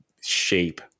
shape